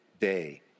day